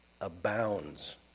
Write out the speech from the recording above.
abounds